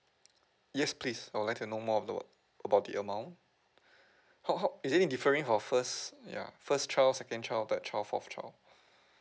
yes please I'd like to know more about about the amount how how is it differing for first ya first child second child third child fourth child